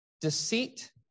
deceit